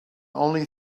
only